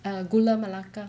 err gula-melaka